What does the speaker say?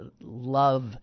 love